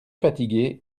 fatigué